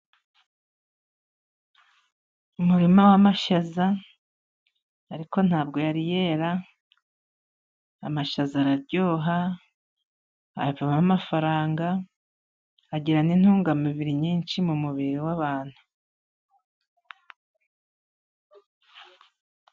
Umurima w'amashaza ariko ntabwo yari yera, amashaza araryoha avamo amafaranga agira n'intungamubiri nyinshi mu mubiri w'abantu.